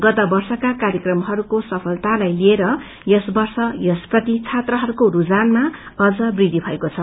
गत वर्षका कार्यक्रमहरूको सफलतालाई लिएर यस वर्ष यसप्रति छात्रहरूको रूढानामा अझ वृद्धि भएको छ